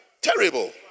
Terrible